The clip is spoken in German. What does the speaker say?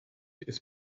ist